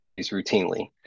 routinely